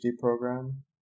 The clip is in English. program